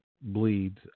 bleeds